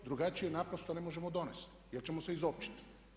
Drugačije naprosto ne možemo donijeti jer ćemo se izopćiti.